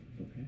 Okay